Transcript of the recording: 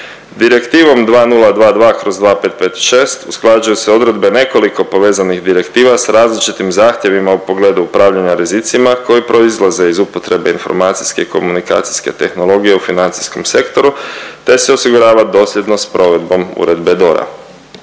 Direktivom 2022/2556 usklađuju se odredbe nekoliko povezanih direktiva s različitim zahtjevima u pogledu upravljanja rizicima koji proizlazi iz upotrebe informacijske i komunikacijske tehnologije u financijskom sektoru, te se osigurava dosljednost provedbom Uredbe DORA.